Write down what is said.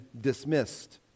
dismissed